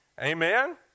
Amen